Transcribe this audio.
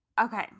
okay